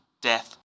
death